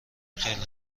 خیلی